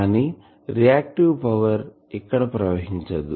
కానీ reactive power ఇక్కడ ప్రవహించదు